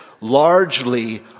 largely